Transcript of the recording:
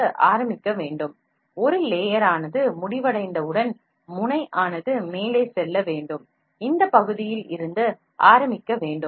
எனவே அதைத்தான் அவர்கள் கூறுகிறார்கள் ராபிட் ப்ரோடோடிப்பிங் இயந்திரமானது ஹாரிஸ்ன்ட்டல் பிளனே ஸ்கேன் செய்யும் திறன் கொண்டதாக இருக்க வேண்டும் அதே போல் ஸ்கேன் செய்யும் போது பொருளின் ஓட்டத்தைத் தொடங்கவும் நிறுத்தவும் வேண்டும்